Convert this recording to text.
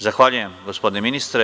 Zahvaljujem, gospodine ministre.